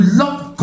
love